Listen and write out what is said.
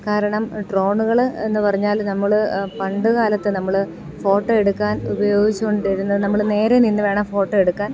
കാരണം ഡ്രോണുകൾ എന്നു പറഞ്ഞാൽ നമ്മൾ പണ്ടു കാലത്ത് നമ്മൾ ഫോട്ടോ എടുക്കാൻ ഉപയോഗിച്ചു കൊണ്ടിരുന്നത് നമ്മൾ നേരെ നിന്ന് വേണം ഫോട്ടോ എടുക്കാൻ